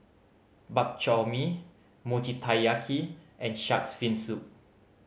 Bak Chor Mee Mochi Taiyaki and Shark's Fin Soup